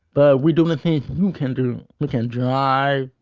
but we do the things you can do. we can drive.